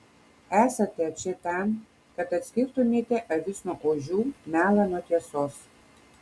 esate čia tam kad atskirtumėte avis nuo ožių melą nuo tiesos